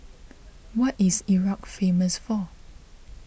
what is Iraq famous for